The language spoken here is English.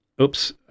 oops